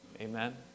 Amen